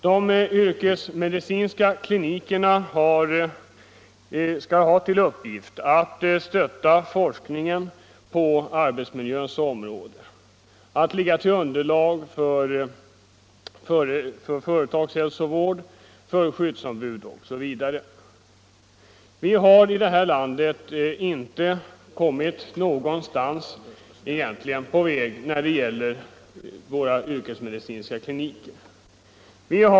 De yrkesmedicinska klinikernas uppgifter är att ge underlag för forskningen på arbetsmiljöns område, att hålla kontakt med företagshälsovården och skyddsombudsverksamheten osv. och förse dessa med uppgifter. Vi har i vårt land inte kommit särskilt långt när det gäller inrättandet av yrkesmedicinska kliniker.